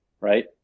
right